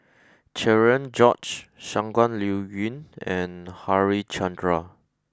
Cherian George Shangguan Liuyun and Harichandra